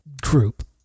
group